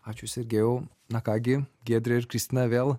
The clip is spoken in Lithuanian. ačiū sergėjau na ką gi giedre ir kristina vėl